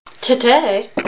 Today